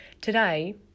Today